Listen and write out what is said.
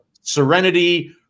Serenity